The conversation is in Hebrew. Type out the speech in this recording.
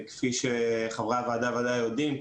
כפי שחברי הוועדה וודאי יודעים,